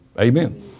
Amen